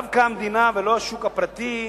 דווקא המדינה, ולא השוק הפרטי,